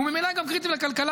וממילא גם קריטי לכלכלה,